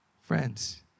Friends